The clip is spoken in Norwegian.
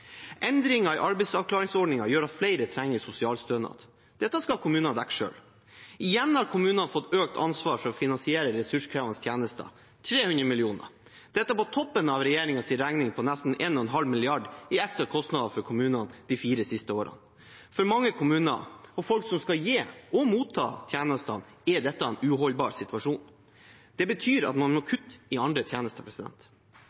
i arbeidsavklaringsordningen gjør at flere trenger sosialstønad. Dette skal kommunene dekke selv. Igjen har kommunene fått økt ansvar for å finansiere ressurskrevende tjenester – 300 mill. kr – dette på toppen av regjeringens regning på nesten 1,5 mrd. kr i ekstra kostnader for kommunene de fire siste årene. For mange kommuner, og for folk som skal gi og motta tjenestene, er dette en uholdbar situasjon. Det betyr at man må